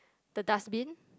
the dustbin